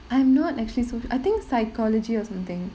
I'm not actually so~ I think psychology or something